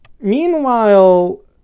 Meanwhile